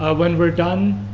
ah when we're done,